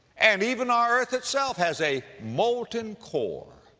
and even our earth itself has a molten core